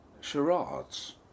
charades